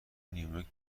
نییورک